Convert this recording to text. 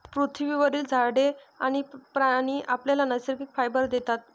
पृथ्वीवरील झाडे आणि प्राणी आपल्याला नैसर्गिक फायबर देतात